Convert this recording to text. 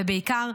ובעיקר,